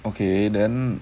okay then